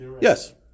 Yes